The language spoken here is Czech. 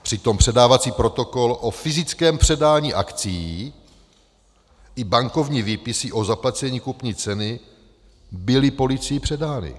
Přitom předávací protokol o fyzickém předání akcií i bankovní výpisy o zaplacení kupní ceny byly policií předány.